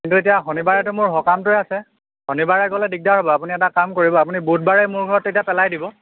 কিন্তু এতিয়া শনিবাৰেটো মোৰ সকামটোৱেই আছে শনিবাৰে গ'লে দিগদাৰ হ'ব আপুনি এটা কাম কৰিব আপুনি বুধবাৰে মোৰ ঘৰত তেতিয়া পেলাই দিব